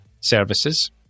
services